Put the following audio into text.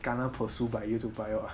kena persuade by you have to buy [what]